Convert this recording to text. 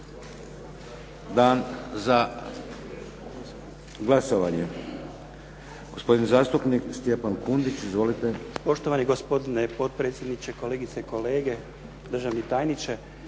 dan glasovanje. Gospodin zastupnik Stjepan Kundić. Izvolite. **Kundić, Stjepan (HDZ)** Poštovani gospodine potpredsjedniče, kolegice i kolege, državni tajniče.